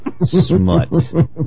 smut